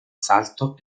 salto